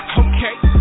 okay